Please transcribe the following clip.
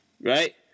right